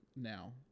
now